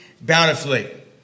bountifully